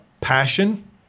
passion